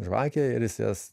žvakė ir jis jas